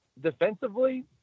defensively